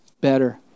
better